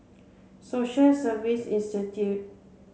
Social Service Institute